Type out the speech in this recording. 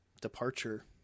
departure